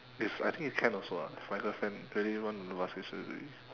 it's I think can also lah if my girlfriend really want to do plastic surgery